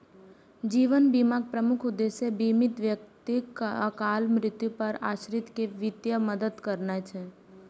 जीवन बीमाक प्रमुख उद्देश्य बीमित व्यक्तिक अकाल मृत्यु पर आश्रित कें वित्तीय मदति करनाय छै